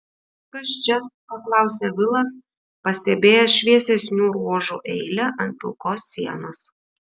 kas čia paklausė vilas pastebėjęs šviesesnių ruožų eilę ant pilkos sienos